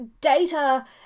Data